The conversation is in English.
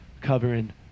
covering